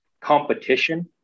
competition